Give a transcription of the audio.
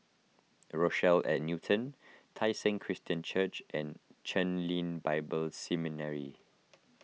Rochelle at Newton Tai Seng Christian Church and Chen Lien Bible Seminary